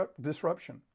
disruption